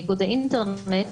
מאיגוד האינטרנט,